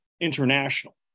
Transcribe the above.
international